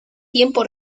tiempo